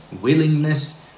willingness